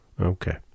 Okay